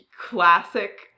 classic